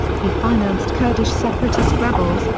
he financed kurdish separatist rebels,